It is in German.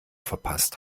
verpasst